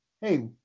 Hey